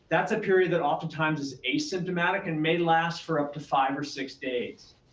that's a period that oftentimes is asymptomatic and may last for up to five or six days.